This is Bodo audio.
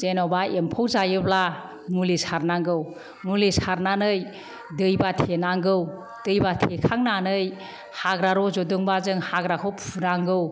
जेन'बा एम्फौ जायोब्ला मुलि सारनांगौ मुलि सारनानै दैमा थेनांगौ दैमा थेखांनानै हाग्रा रज'दोंबा जों हाग्राखौ फुनांगौ